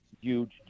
huge